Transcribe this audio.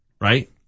right